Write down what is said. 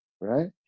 right